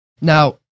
Now